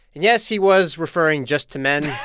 yes, he was referring just to men.